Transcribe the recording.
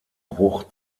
bruch